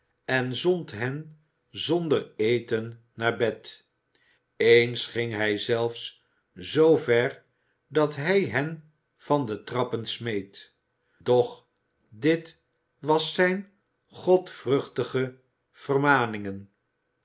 en zond hen zonder eten naar bed eens ging hij zelfs zoo ver dat hij hen van de trappen smeet doch dit was zijne godvruchtige vermaningen